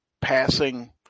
passing